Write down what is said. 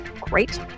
Great